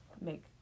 make